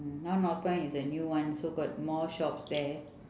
mm now northpoint is the new one so got more shops there